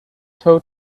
tow